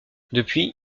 depuis